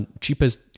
cheapest